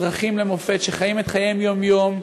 אזרחים למופת שחיים את חייהם יום-יום,